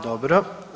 Dobro.